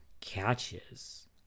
catches